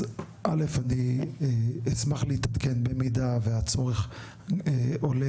א' אני אשמח להתעדכן במידה והצורך יעלה